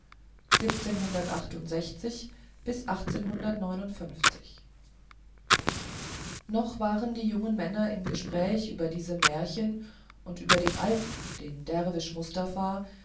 noch waren die jungen männer im gespräch über diese märchen und über den alten den derwisch mustafa